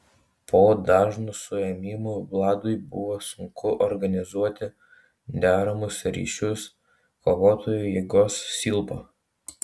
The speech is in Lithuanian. po dažnų suėmimų vladui buvo sunku organizuoti deramus ryšius kovotojų jėgos silpo